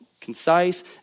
concise